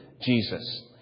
Jesus